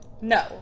No